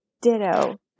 Ditto